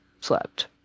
slept